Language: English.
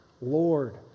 Lord